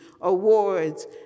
awards